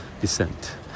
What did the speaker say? descent